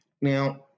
Now